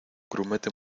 grumete